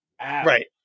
right